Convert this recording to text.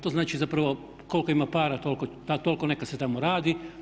To znači zapravo koliko ima para toliko neka se tamo radi.